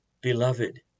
Beloved